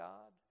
God